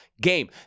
game